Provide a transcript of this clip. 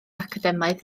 academaidd